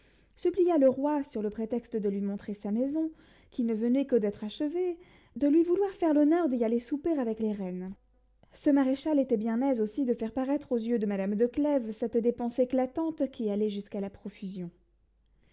supplia le roi sur le prétexte de lui montrer sa maison qui ne venait que d'être achevée de lui vouloir faire l'honneur d'y aller souper avec les reines ce maréchal était bien aise aussi de faire paraître aux yeux de madame de clèves cette dépense éclatante qui allait jusqu'à la profusion